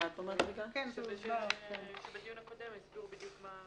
בדיון הקודם הסבירו בדיוק.